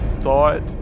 thought